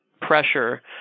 pressure